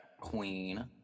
queen